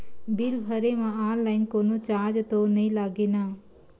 Bill भरे मा online कोनो चार्ज तो नई लागे ना?